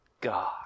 God